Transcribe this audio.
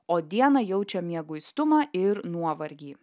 o dieną jaučia mieguistumą ir nuovargį